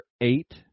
eight